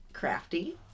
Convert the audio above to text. Crafty